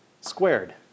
squared